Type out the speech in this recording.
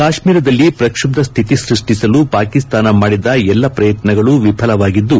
ಕಾಶ್ನೀರದಲ್ಲಿ ಪ್ರಕ್ಷುಬ್ಲ ಸ್ನಿತಿ ಸ್ಪಷಿಸಲು ಪಾಕಿಸ್ತಾನ ಮಾಡಿದ ಎಲ್ಲಾ ಪ್ರಯತ್ನಗಳು ವಿಫಲವಾಗಿದ್ದು